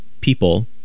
people